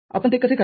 आपण ते कसे कराल